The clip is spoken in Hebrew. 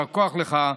יישר כוח לך,